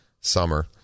summer